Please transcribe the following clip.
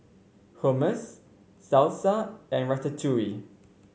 Hummus Salsa and Ratatouille